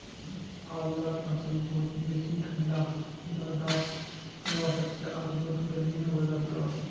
आंवलार फसल बहुत बेसी ठंडा बर्दाश्त करवा सखछे आर बहुत गर्मीयों बर्दाश्त करवा सखछे